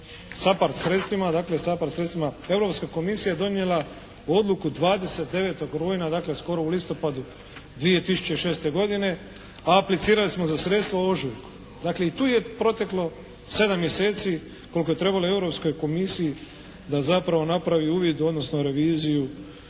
SAPARD sredstvima, dakle SAPARD sredstvima Europska komisija je donijela odluku 29. rujna, skoro u listopadu 2006. godine, a aplicirali smo za sredstva u ožujku. Dakle, i tu je proteklo 7 mjeseci koliko je trebalo Europskoj komisiji da zapravo napravi uvid odnosno reviziju